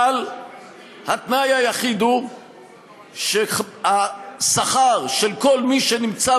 אבל התנאי היחיד הוא שהשכר של כל מי שנמצא